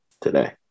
today